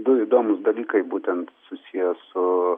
du įdomūs dalykai būtent susiję su